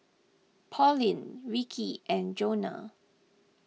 Pauline Ricky and Jonah